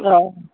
অঁ